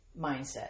Mindset